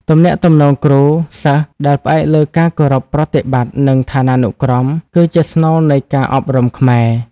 ទំនាក់ទំនងគ្រូ សិស្សដែលផ្អែកលើការគោរពប្រតិបត្តិ និងឋានានុក្រម គឺជាស្នូលនៃការអប់រំខ្មែរ។